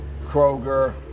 Kroger